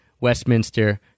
Westminster